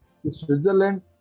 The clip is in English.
Switzerland